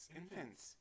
infants